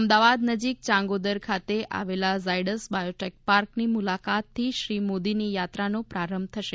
અમદાવાદ નજીક યાંગોદર ખાતે આવેલા ઝાયડસ બાયોટેકપાર્કની મુલાકાતથી શ્રી મોદીની યાત્રાનો પ્રારંભ થશે